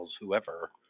whoever